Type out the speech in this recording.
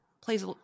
plays